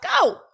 go